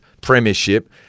premiership